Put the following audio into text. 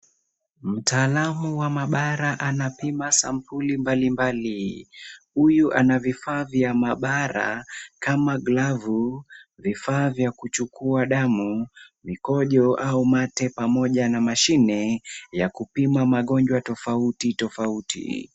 Mtaalamu wa maabara anapima sampuli mbalimbali. Huyu ana vifaa vya maabara kama glavu, vifaa vya kuchukua damu, mikojo au mate pamoja na mashine ya kupima magonjwa tofauti tofauti.